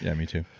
yeah me too.